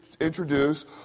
introduce